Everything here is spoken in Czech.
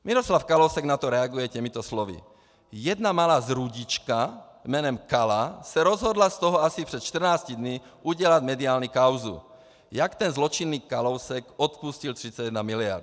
Miroslav Kalousek na to reaguje těmito slovy: Jedna malá zrůdička jménem Kala se rozhodla z toho asi před čtrnácti dny udělat mediální kauzu, jak ten zločinný Kalousek odpustil 31 miliard.